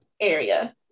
area